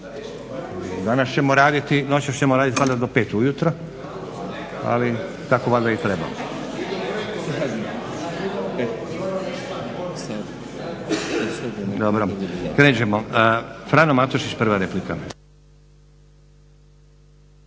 Danas, noćas ćemo raditi do 5 ujutro, ali tako valjda i treba. Frano Matušić, prva replika.